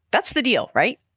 that's the deal, right?